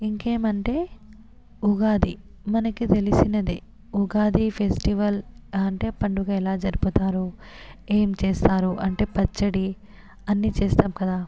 ఇంకేమంటే ఉగాది మనకి తెలిసినదే ఉగాది ఫెస్టివల్ అంటే పండుగ ఎలా జరుపుతారు ఏం చేస్తారు అంటే పచ్చడి అన్ని చేస్తాం కదా